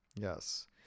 yes